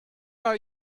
are